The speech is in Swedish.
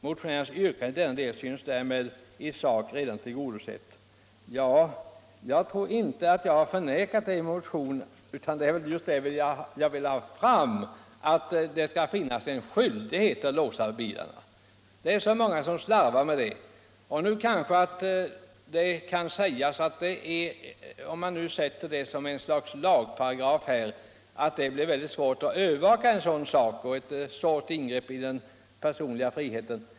Motionärens yrkande i denna del synes därmed i sak redan tillgodosett.” Jag tror inte att jag har förnekat detta i motionen, utan det är väl just det jag vill ha fram att det skall finnas en skyldighet att låsa bilarna. Så många slarvar härmed. Det kanske kan sägas - om man nu inför ett slags lagparagraf — att det blir väldigt svårt att övervaka att lagen följs och att det innebär ett kraftigt ingrepp i den personliga friheten.